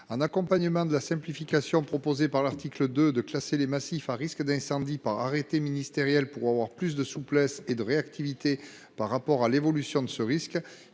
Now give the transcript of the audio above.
En accompagnement de la simplification proposée par l'article 2 visant à classer les massifs à risque d'incendie par arrêté ministériel pour avoir plus de souplesse et de réactivité par rapport à l'évolution de ce risque,